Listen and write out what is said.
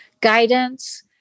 guidance